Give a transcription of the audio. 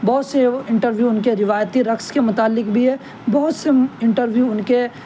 بہت سے انٹرویو ان کے روایتی رقص کے متعلق بھی ہیں بہت سے انٹرویو ان کے